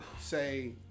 say